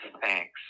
thanks